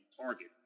target